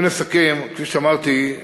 אם נסכם, כפי שאמרתי,